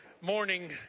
morning